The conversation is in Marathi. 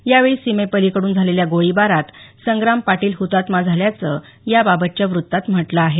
यावेळी सीमेपलिकडून झालेल्या गोळीबारात संग्राम पाटील हुतात्मा झाल्याचं याबाबतच्या वृत्तात म्हटलं आहे